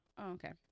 okay